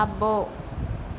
అబ్బో